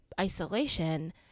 isolation